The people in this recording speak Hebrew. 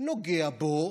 נוגע בו,